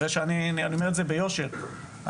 אני אומר ביושר,